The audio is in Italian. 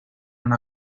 una